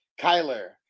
Kyler